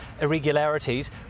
irregularities